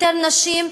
יותר נשים,